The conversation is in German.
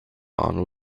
arno